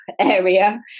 area